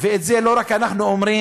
ואת זה לא רק אנחנו אומרים,